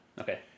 okay